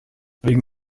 wegen